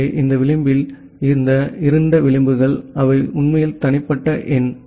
எனவே இந்த விளிம்பில் இந்த இருண்ட விளிம்புகள் அவை உண்மையில் தனிப்பட்ட எண்